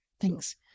Thanks